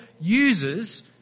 uses